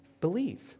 believe